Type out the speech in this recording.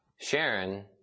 Sharon